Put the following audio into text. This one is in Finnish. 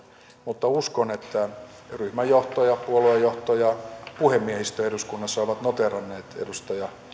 mutta uskon että ryhmän johto ja puoluejohto ja puhemiehistö eduskunnassa ovat noteeranneet edustaja